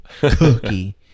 cookie